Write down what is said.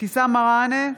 אבתיסאם מראענה,